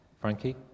Frankie